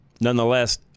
Nonetheless